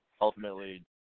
ultimately